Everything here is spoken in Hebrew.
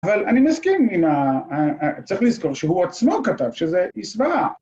‫אבל אני מסכים עם ה... ‫צריך לזכור שהוא עצמו כתב שזה אי סברה.